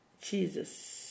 Jesus